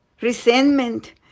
resentment